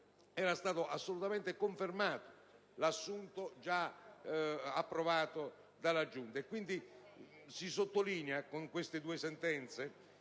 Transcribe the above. è stato assolutamente confermato l'assunto già approvato dalla Giunta.